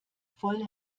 voll